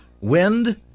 wind